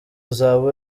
uzaba